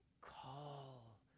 Call